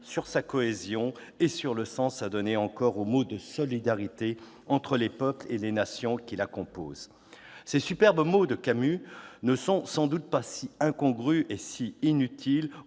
sa cohésion et le sens à donner encore aux mots de solidarité entre les peuples et les nations qui le composent. Ces superbes mots de Camus ne sont sans doute pas si incongrus et inutiles